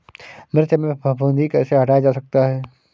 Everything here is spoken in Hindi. मिर्च में फफूंदी कैसे हटाया जा सकता है?